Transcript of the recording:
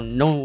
no